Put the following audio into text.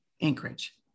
Anchorage